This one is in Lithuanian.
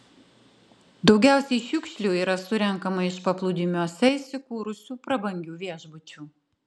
daugiausiai šiukšlių yra surenkama iš paplūdimiuose įsikūrusių prabangių viešbučių